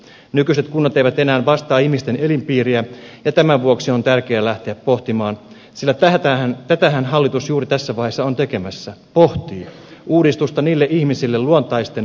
nykyiset kunnat eivät enää vastaa ihmisten elinpiiriä ja tämän vuoksi on tärkeää lähteä pohtimaan sillä tätähän hallitus juuri tässä vaiheessa on tekemässä pohtii uudistusta niille ihmisille luontaisten työssäkäyntialueiden pohjalta